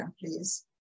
please